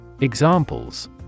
Examples